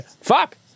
fuck